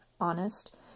honest